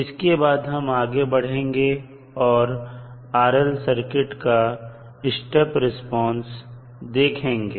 इसके बाद हम आगे बढ़ेंगे और RL सर्किट का स्टेप रिस्पांस देखेंगे